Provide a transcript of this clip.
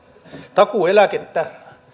takuueläkettä